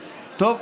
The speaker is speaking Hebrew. טוב,